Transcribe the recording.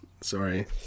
Sorry